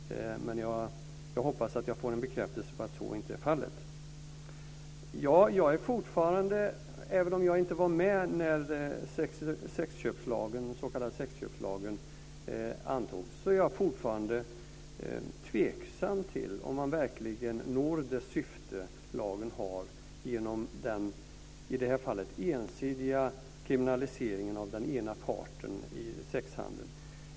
Men jag hoppas att jag får en bekräftelse på att så inte är fallet. Även om jag inte var med när den s.k. sexköpslagen antogs så är jag fortfarande tveksam till om man verkligen når det syfte som lagen har genom den i detta fall ensidiga kriminaliseringen av den ena parten i sexhandeln.